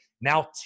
now